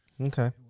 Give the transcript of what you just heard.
okay